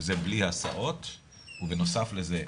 וזה בלי הסעות ובנוסף לזה,